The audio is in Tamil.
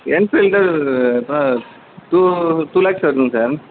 Enfield sir two two lakhs வருதுங்க சார்